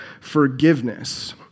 forgiveness